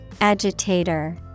Agitator